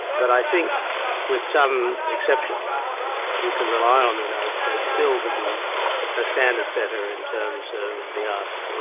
but i think with some exceptions you can rely on the united states still to be a standard-setter in terms of the arts,